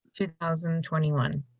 2021